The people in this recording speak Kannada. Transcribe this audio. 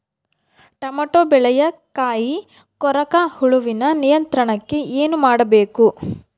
ಟೊಮೆಟೊ ಬೆಳೆಯ ಕಾಯಿ ಕೊರಕ ಹುಳುವಿನ ನಿಯಂತ್ರಣಕ್ಕೆ ಏನು ಮಾಡಬೇಕು?